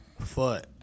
foot